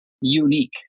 unique